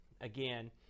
Again